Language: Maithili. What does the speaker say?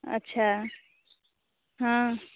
अच्छा हँ